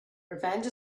revenge